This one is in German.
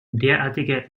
derartige